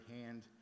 hand